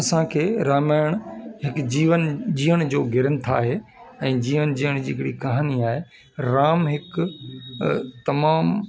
असांखे रामायण हिकु जीवन जीअण जो ग्रंथ आहे ऐं जीवन जीअण जी हिकु कहाणी आहे राम हिकु अ तमामु